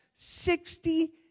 Sixty